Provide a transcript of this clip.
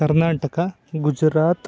Karnataka Gujarat